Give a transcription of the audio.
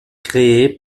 créé